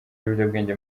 ibiyobyabwenge